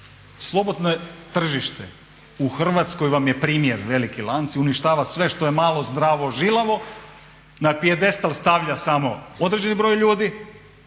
Slobodno tržište u Hrvatskoj vam je primjer. Veliki lanci, uništava sve što je malo, zdravo, žilavo, na pijedestal stavlja samo određeni broj ljudi